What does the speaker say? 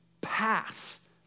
pass